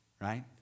right